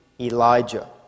Elijah